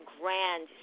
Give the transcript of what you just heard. grand